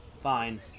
fine